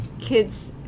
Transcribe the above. kids